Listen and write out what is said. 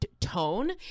tone